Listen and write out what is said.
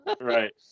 Right